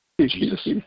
Jesus